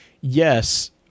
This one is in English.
yes